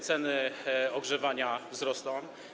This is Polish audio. Ceny ogrzewania wzrosną.